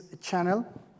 channel